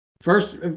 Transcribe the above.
First